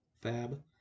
FAB